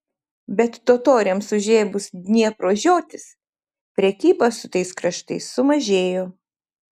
bet totoriams užėmus dniepro žiotis prekyba su tais kraštais sumažėjo